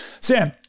Sam